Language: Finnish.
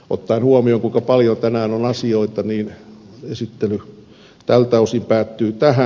ottaen huomioon kuinka paljon tänään on asioita esittely tältä osin päättyy tähän